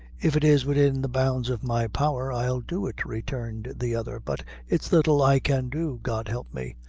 if it is widin the bounds of my power, i'll do it, returned the other but it's little i can do, god help me.